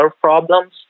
problems